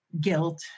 guilt